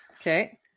okay